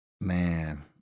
Man